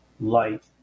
light